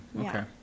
okay